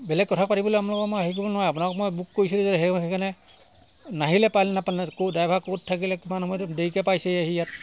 বেলেগ কথা পাতিবলৈ আপোনাৰ লগত মই আহিবলৈ নাই আপোনাক মই বুক কৰিছো সেয়ে সেইকাৰণে নাহিলে ক'ৰ ড্ৰাইভাৰ ক'ত থাকিলে কিমান সময় দেৰিকৈ পাইছে আহি ইয়াত